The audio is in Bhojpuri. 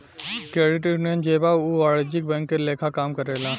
क्रेडिट यूनियन जे बा उ वाणिज्यिक बैंक के लेखा काम करेला